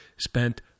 spent